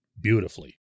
beautifully